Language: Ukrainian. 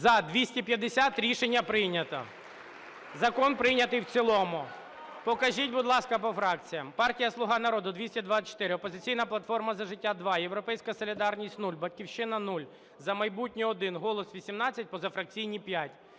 За-250 Рішення прийнято. Закон прийнятий в цілому. Покажіть, будь ласка, по фракціях. Партія "Слуга народу" – 224, "Опозиційна платформа – За життя" – 2, "Європейська солідарність" – 0, "Батьківщина" – 0, "За майбутнє" – 1, "Голос" – 18, позафракційні –